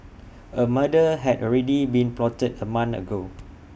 A murder had already been plotted A month ago